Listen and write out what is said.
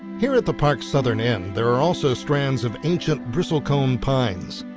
here at the park's southern end, there are also strands of ancient bristlecone pines.